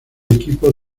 equipo